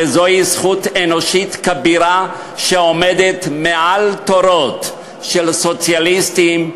וזוהי זכות אנושית כבירה שעומדת מעל תורות של סוציאליסטים,